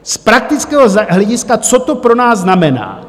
Z praktického hlediska co to pro nás znamená.